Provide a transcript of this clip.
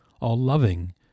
all-loving